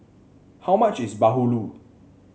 how much is bahulu